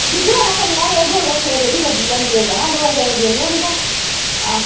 जिद्धर औना कन्नै गै ई गोलगफ्फे दी रेह्ड़ी लग्गी दी अंदरै ई जाना द'ऊं गैईं देनियां तुसें हा